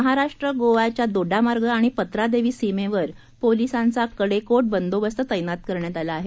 महाराष्ट्र गोवाच्या दोडामार्ग आणि पत्रादेवी सीमेवर पोलिसांचा कडेकोट बंदोबस्त तैनात करण्यात आला आहे